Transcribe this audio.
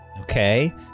okay